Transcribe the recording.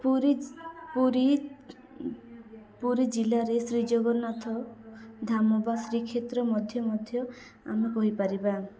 ପୁରୀ ପୁରୀ ପୁରୀ ଜିଲ୍ଲାରେ ଶ୍ରୀଜଗନ୍ନାଥ ଧାମ ବା ଶ୍ରୀକ୍ଷେତ୍ର ମଧ୍ୟ ମଧ୍ୟ ଆମେ କହିପାରିବା